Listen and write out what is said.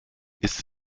ist